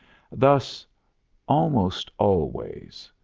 thus almost always,